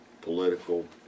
political